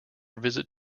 visit